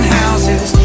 houses